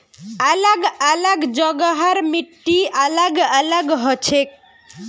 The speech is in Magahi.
अलग अलग जगहर मिट्टी अलग अलग हछेक